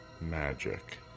magic